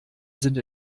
sind